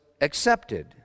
accepted